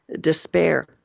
despair